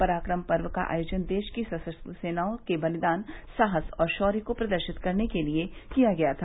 पराक्रम पर्व का आयोजन देश की सशस्त्र सेनाओं के बलिदान साहस और शौर्य को प्रदर्शित करने के लिए किया गया था